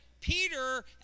Peter